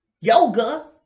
Yoga